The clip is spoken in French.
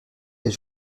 est